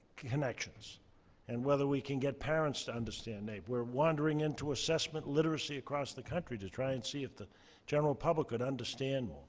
connections and whether we can get parents to understand naep. we're wandering into assessment literacy across the country to try and see if the general public could understand.